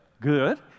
good